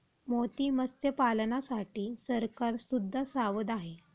मोती मत्स्यपालनासाठी सरकार सुद्धा सावध आहे